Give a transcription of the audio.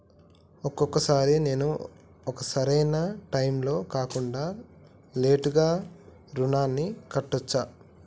ఒక్కొక సారి నేను ఒక సరైనా టైంలో కాకుండా లేటుగా రుణాన్ని కట్టచ్చా?